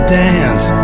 dance